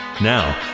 Now